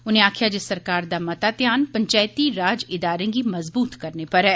उनें आक्खेआ जे सरकार दा मता ध्यान पंचायती राज इदारें गी मजबूत करने पर ऐ